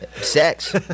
sex